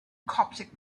coptic